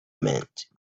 meant